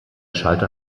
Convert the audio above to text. schalter